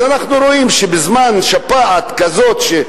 אז אנחנו רואים שבזמן שפעת כזאת,